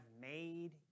made